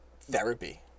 therapy